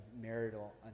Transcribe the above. marital